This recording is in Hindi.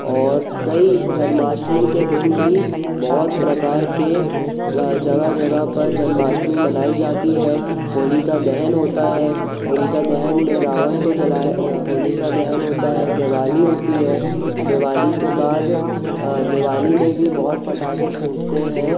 और कई जन्माष्टमी के दिन भी बहुत प्रकार के जगह जगह पर जन्माष्टमी मनाई जाती है होलिका दहन होता है होलिका दहन में रावन को जलाया होलिका दहन होता है दिवाली होती है दिवाली के बाद देवाली में भी बहुत पटाखे फूटते हैं